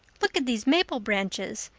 look at these maple branches.